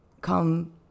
come